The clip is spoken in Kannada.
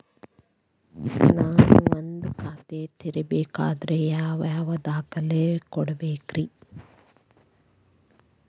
ನಾನ ಒಂದ್ ಖಾತೆ ತೆರಿಬೇಕಾದ್ರೆ ಯಾವ್ಯಾವ ದಾಖಲೆ ಕೊಡ್ಬೇಕ್ರಿ?